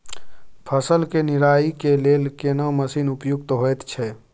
फसल के निराई के लेल केना मसीन उपयुक्त होयत छै?